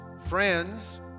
friends